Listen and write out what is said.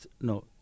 no